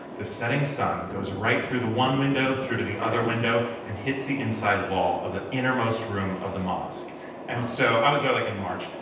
the setting sun goes right through the one window, through to the other window and hits the inside wall of the innermost room of the mosque wow and so i was there, like, in march.